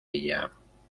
ella